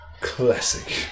classic